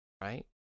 Right